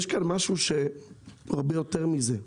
יש כאן משהו שהוא הרבה יותר מזה,